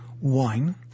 Wine